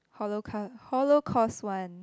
holoca~ holocaust one